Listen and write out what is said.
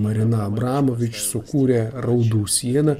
marina abramovič sukūrė raudų sieną